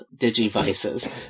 Digivices